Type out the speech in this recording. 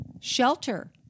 shelter